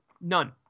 None